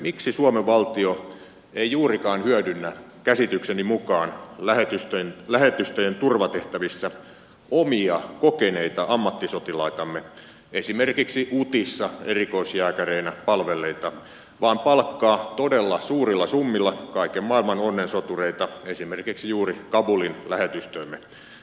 miksi suomen valtio ei juurikaan hyödynnä käsitykseni mukaan lähetystöjen turvatehtävissä omia kokeneita ammattisotilaitamme esimerkiksi utissa erikoisjääkäreinä palvelleita vaan palkkaa todella suurilla summilla kaiken maailman onnensotureita esimerkiksi juuri kabulin lähetystöömme